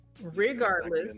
regardless